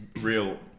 real